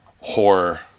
horror